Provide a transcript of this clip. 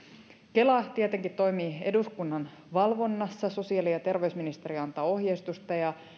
kela tietenkin toimii eduskunnan valvonnassa sosiaali ja terveysministeriö antaa ohjeistusta ja